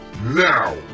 Now